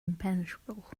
impenetrable